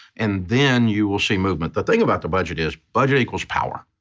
and then you will see movement. the thing about the budget is, budget equals power.